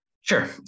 Sure